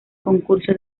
concurso